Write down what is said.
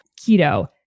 keto